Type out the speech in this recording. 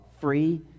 free